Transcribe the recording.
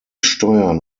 steuern